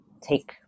take